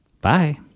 Bye